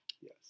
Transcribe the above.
Yes